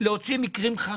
להוציא מקרים חריגים.